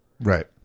Right